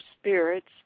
spirits